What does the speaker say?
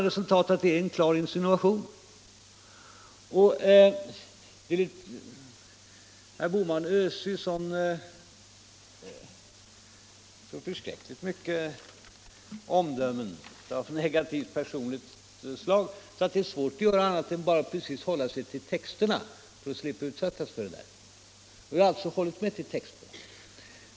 Herr Bohman öser ju ut så förskräckligt många omdömen av negativt personligt slag att det är svårt att göra något annat än att bara hålla sig till texterna för att slippa utsättas för detta. Jag har alltså hållit mig till texterna.